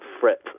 fret